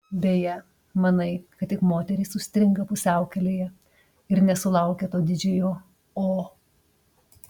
beje manai kad tik moterys užstringa pusiaukelėje ir nesulaukia to didžiojo o